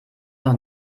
noch